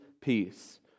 peace